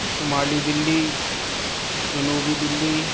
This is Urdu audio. شمالی دِلّی جنوبی دِلّی